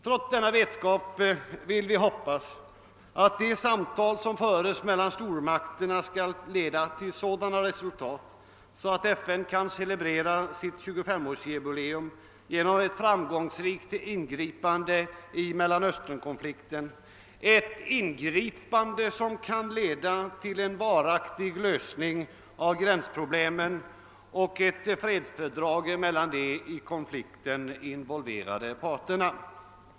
Trots denna vetskap vill vi emellertid hoppas att de samtal som förs mellan stormakterna skall leda till sådana resultat, att FN kan celebrera sitt 25-årsjubileum med ett framgångsrikt ingripande i Mellanösternkonflikten, ett ingripande som kan leda till en varaktig lösning på gränsproblemen och ett fredsfördrag mellan de i konflikten involverade parterna.